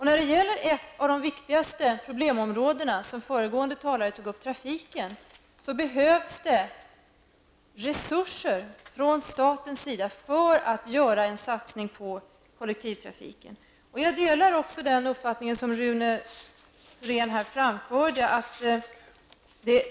När det gäller ett av de viktigaste problemområdena som även föregående talare tog upp, trafiken, behövs det resurser från statens sida för att man skall kunna göra en satsning på kollektivtrafiken. Jag delar den uppfattning som Rune Thorén framförde.